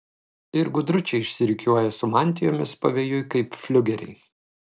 ir gudručiai išsirikiuoja su mantijomis pavėjui kaip fliugeriai